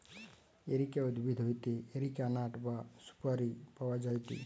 areca উদ্ভিদ হইতে areca nut বা সুপারি পাওয়া যায়টে